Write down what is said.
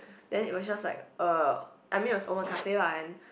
then it was just like uh I mean it was omakase lah and